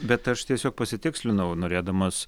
bet aš tiesiog pasitikslinau norėdamas